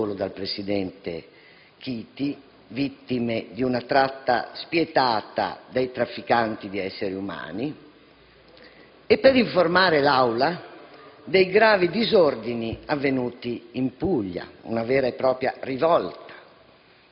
solo dal presidente Chiti - vittime della tratta spietata di esseri umani, e per informare l'Aula dei gravi disordini avvenuti in Puglia, una vera e propria rivolta,